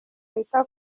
wita